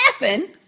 laughing